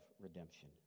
redemption